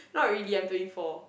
not really I'm twenty four